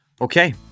Okay